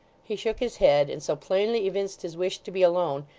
he shook his head, and so plainly evinced his wish to be alone,